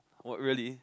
what really